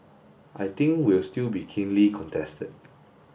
I think will still be keenly contested